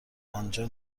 آنجا